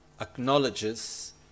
acknowledges